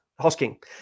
Hosking